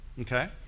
Okay